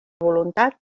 voluntat